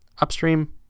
Upstream